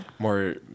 More